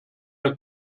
der